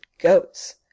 goats